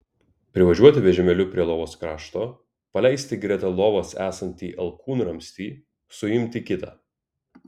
privažiuoti vežimėliu prie lovos krašto paleisti greta lovos esantį alkūnramstį suimti kitą